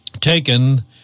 taken